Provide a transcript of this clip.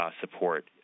support